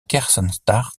kersentaart